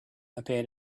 appeared